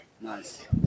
nice